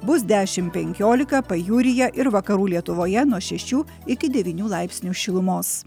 bus dešim penkiolika pajūryje ir vakarų lietuvoje nuo šešių iki devynių laipsnių šilumos